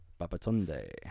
Babatunde